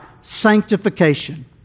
sanctification